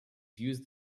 used